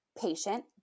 patient